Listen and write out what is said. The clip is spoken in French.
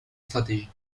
stratégie